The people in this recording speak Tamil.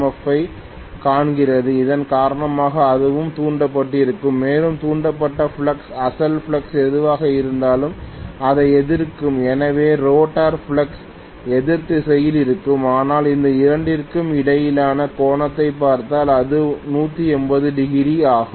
எஃப் ஐக் காண்கிறது இதன் காரணமாக இதுவும் தூண்டப்பட்டிருக்கும் மேலும் தூண்டப்பட்ட ஃப்ளக்ஸ் அசல் ஃப்ளக்ஸ் எதுவாக இருந்தாலும் அதை எதிர்க்கும் எனவே ரோட்டார் ஃப்ளக்ஸ் எதிர் திசையில் இருக்கும் ஆனால் இந்த இரண்டிற்கும் இடையிலான கோணத்தைப் பார்த்தால் அது 180 டிகிரி ஆகும்